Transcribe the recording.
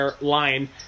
line